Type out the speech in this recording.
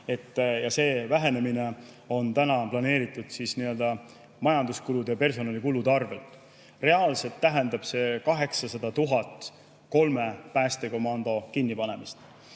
Ja see vähenemine on täna on planeeritud majanduskulude ja personalikulude arvel. Reaalselt tähendab see 800 000 [eurot] kolme päästekomando kinnipanemist,